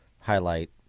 highlight